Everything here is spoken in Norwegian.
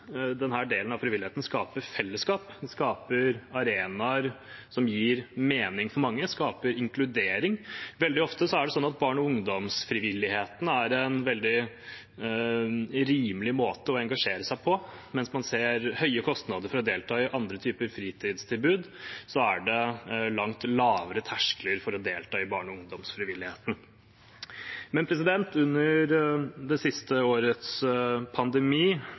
delen av frivilligheten skaper fellesskap, den skaper arenaer som gir mening for mange, den skaper inkludering. Veldig ofte er det sånn at barne- og ungdomsfrivilligheten er en veldig rimelig måte å engasjere seg på. Mens man ser høye kostnader for å delta i andre typer fritidstilbud, er det langt lavere terskler for å delta i barne- og ungdomsfrivilligheten. Men under det siste årets pandemi